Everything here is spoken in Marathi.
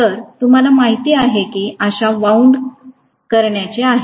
तर तुम्हाला माहित आहे की अशा प्रकारे वाउनड करायचे आहे